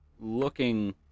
looking